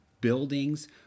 Buildings